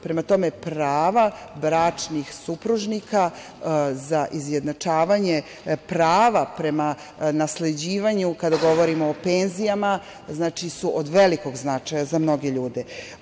Prema tome, prava bračnih supružnika za izjednačavanje prava prema nasleđivanju, kada govorimo o penzijama, od velikog su značaja za mnoge ljude.